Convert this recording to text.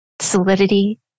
solidity